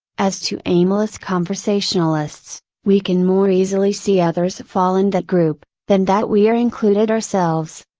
as to aimless conversationalists, we can more easily see others fall in that group, than that we are included ourselves.